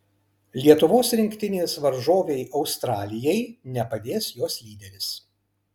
lietuvos rinktinės varžovei australijai nepadės jos lyderis